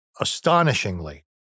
astonishingly